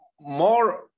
more